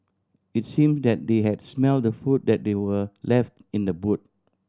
it's seem that they had smelt the food that they were left in the boot